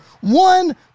One